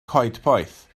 coedpoeth